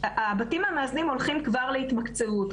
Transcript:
הבתים המאזנים הולכים כבר להתמקצעות.